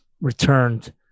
returned